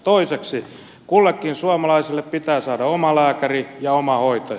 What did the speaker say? toiseksi kullekin suomalaiselle pitää saada omalääkäri ja omahoitaja